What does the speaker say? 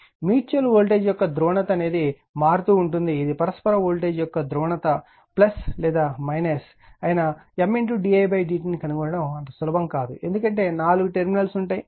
ఇప్పుడు mutual voltage యొక్క ధ్రువణత మారుతూ ఉంటుంది ఇది పరస్పర వోల్టేజ్ యొక్క ధ్రువణత లేదా అయినా M didt ని కనుగొనడం అంత సులభం కాదు ఎందుకంటే నాలుగు టెర్మినల్స్ ఉంటాయి